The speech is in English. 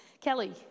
Kelly